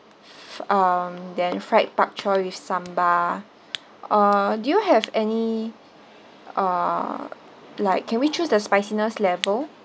um then fried bok choy with sambal uh do you have any uh like can we choose the spiciness level